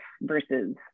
versus